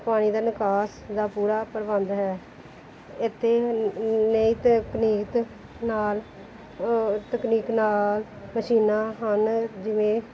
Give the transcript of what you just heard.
ਪਾਣੀ ਦਾ ਨਿਕਾਸ ਦਾ ਪੂਰਾ ਪ੍ਰਬੰਧ ਹੈ ਇੱਥੇ ਨਵੀਂ ਤਕਨੀਕ ਨਾਲ ਤਕਨੀਕ ਨਾਲ ਮਸ਼ੀਨਾਂ ਹਨ ਜਿਵੇਂ